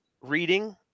reading